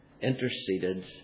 interceded